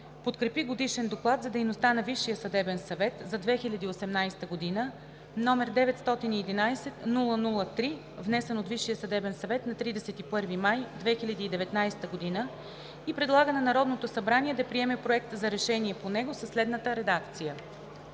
подкрепи Годишен доклад за дейността на Висшия съдебен съвет за 2018 г., № 911-00-3, внесен от Висшия съдебен съвет на 31 май 2019 г., и предлага на Народното събрание да приеме Проект за решение по него със следната редакция: